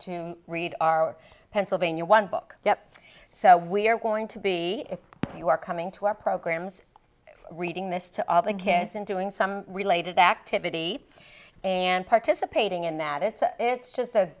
to read our pennsylvania one book yep so we're going to be if you are coming to our programs reading this to the kids and doing some related activity and participating in that it's a it's just a